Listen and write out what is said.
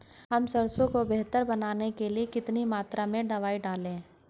हम सरसों को बेहतर बनाने के लिए कितनी मात्रा में दवाई डालें?